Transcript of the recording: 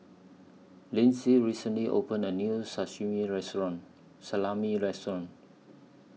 Linzy recently opened A New Saximi Restaurant Salami Restaurant